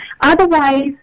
Otherwise